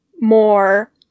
more